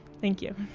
thank you.